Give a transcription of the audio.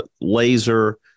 laser